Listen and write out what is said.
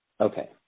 Okay